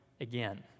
again